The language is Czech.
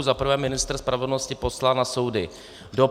Za prvé, ministr spravedlnosti poslal na soudy dopis.